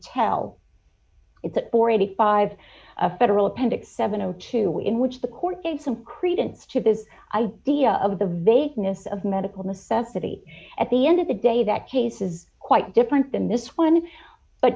patel it's already five a federal appendix seven o two in which the court made some credence to this idea of the vagueness of medical necessity at the end of the day that case is quite different than this one but